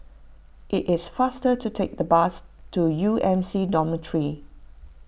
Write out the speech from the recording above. it is faster to take the bus to U M C Dormitory